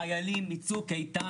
חיילים מצוק איתן,